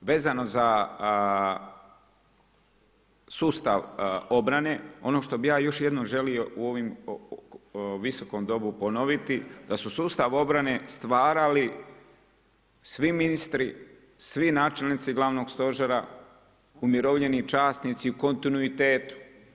Vezano za sustav obrane, ono što bi ja još jednom želio u ovom Viskom domu ponoviti, da su sustav obrane stvarali, svi ministri, svi načelnici glavnog stožera, umirovljeni časnici u kontinuitetu.